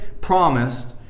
promised